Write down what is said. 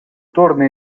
torna